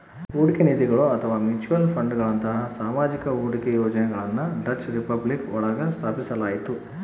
ಹೂಡಿಕೆ ನಿಧಿಗಳು ಅಥವಾ ಮ್ಯೂಚುಯಲ್ ಫಂಡ್ಗಳಂತಹ ಸಾಮೂಹಿಕ ಹೂಡಿಕೆ ಯೋಜನೆಗಳನ್ನ ಡಚ್ ರಿಪಬ್ಲಿಕ್ ಒಳಗ ಸ್ಥಾಪಿಸಲಾಯ್ತು